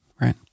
Right